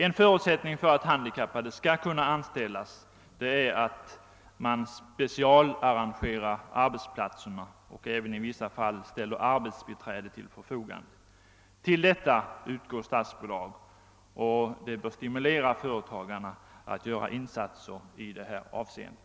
En förutsättning för att handikappade skall kunna anställas är att man specialarrangerar arbetsplatserna och även i vissa fall ställer arbetsbiträde till förfogande. Till detta utgår statsbidrag, och det bör stimulera företagarna att göra insatser i detta avseende.